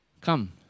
Come